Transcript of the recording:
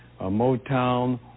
Motown